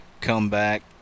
comeback